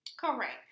Correct